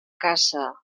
caça